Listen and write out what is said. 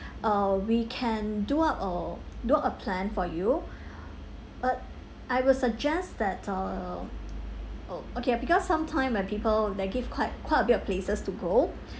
uh we can do up a do up a plan for you uh I will suggest that uh o~ okay because sometime when people they give quite quite a bit places to go